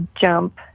jump